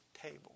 table